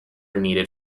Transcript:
needed